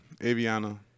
Aviana